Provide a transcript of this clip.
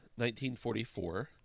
1944